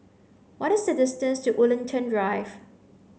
what is the distance to Woollerton Drive